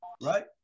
Right